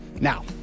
Now